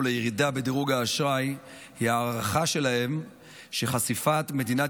לירידה בדירוג האשראי הוא ההערכה שלהם שחשיפת מדינת